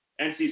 NC